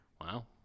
Wow